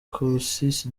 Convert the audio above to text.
karusisi